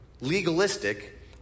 legalistic